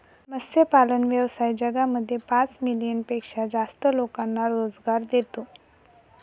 मत्स्यपालन व्यवसाय जगामध्ये पाच मिलियन पेक्षा जास्त लोकांना रोजगार देतो